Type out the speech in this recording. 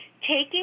Taking